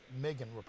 Megan